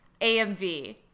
AMV